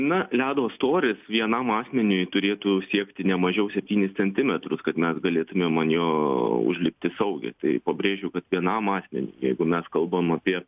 na ledo storis vienam asmeniui turėtų siekti ne mažiau septynis centimetrus kad mes galėtumėm ant jo užlipti saugiai tai pabrėžiu kad vienam asmeniui jeigu mes kalbam apie